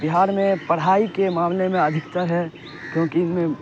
بہار میں پڑھائی کے معاملے میں ادھکتر ہے کیونکہ ان میں